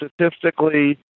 statistically